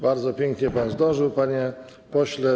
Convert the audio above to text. Bardzo pięknie pan zdążył, panie pośle.